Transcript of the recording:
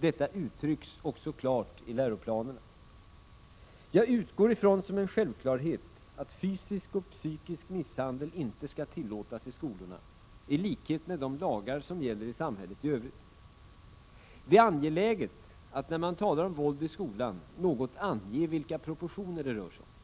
Detta uttrycks också klart i läroplanerna. Jag utgår ifrån som en självklarhet att fysisk och psykisk misshandel inte skall tillåtas i skolorna, i likhet med de lagar som gäller i samhället i övrigt. Det är angeläget att, när man talar om våld i skolan, något ange vilka proportioner det rör sig om.